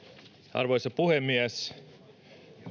arvoisa puhemies